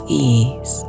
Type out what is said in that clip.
ease